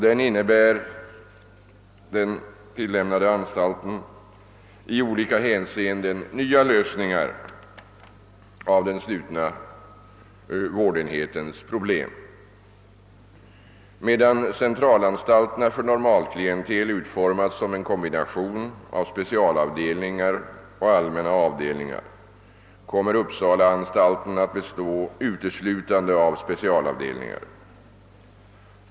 Den tillämnade anstalten innebär i olika hänseenden nya lös ningar av den slutna vårdenhetens problem. Medan centralanstalterna för normalklientel utformats som en kombination av specialavdelningar och allmänna avdelningar kommer Uppsala-anstalten att bestå uteslutande av specialavdelningar.